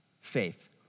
faith